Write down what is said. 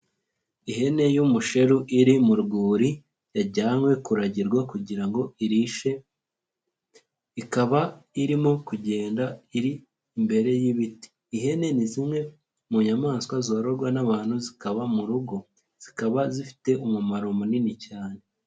Ihene y'umusheru iri mu rwuri, yajyanywe kuragirwa kugira ngo irishe, ikaba irimo kugenda iri imbere y'ibiti, ihene ni zimwe mu nyamaswa zororwa n'abantu zikaba mu rugo, zikaba zifite umumaro munini cyane.